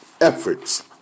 efforts